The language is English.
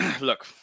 Look